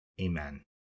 amen